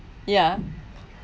ya